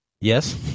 Yes